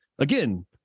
Again